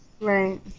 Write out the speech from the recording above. right